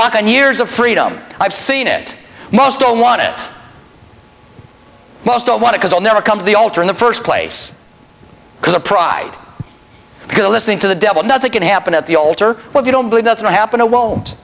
walk and years of freedom i've seen it most don't want it most don't want to cause i'll never come to the altar in the first place because of pride because listening to the devil nothing can happen at the altar where you don't believe doesn't happen i won't